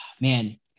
man